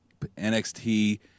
nxt